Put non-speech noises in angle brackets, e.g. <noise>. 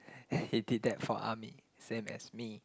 <laughs> he did that for army same as me